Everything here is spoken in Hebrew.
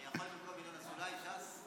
אני יכול במקום ינון אזולאי מש"ס?